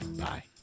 bye